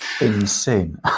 insane